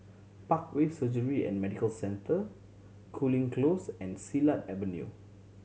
Parkway Surgery and Medical Center Cooling Close and Silat Avenue